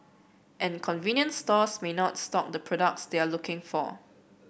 and convenience stores may not stock the products they are looking for